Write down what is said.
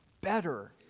better